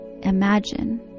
Imagine